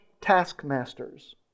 taskmasters